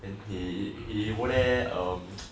and he he go there um